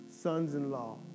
sons-in-law